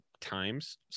times